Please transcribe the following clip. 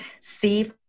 see